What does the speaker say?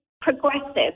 progressive